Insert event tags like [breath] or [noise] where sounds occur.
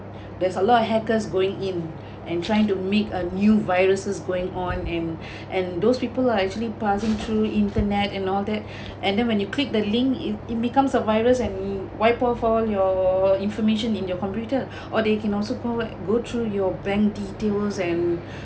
[breath] there's a lot of hackers going in [breath] and trying to make a new viruses going on and [breath] and those people are actually passing through internet and all that [breath] and then when you click the link if it becomes a virus and whampoa for your information in your computer [breath] or they can also provide go through your bank details and [breath]